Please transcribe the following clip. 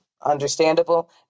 understandable